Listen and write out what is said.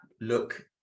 look